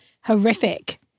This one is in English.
horrific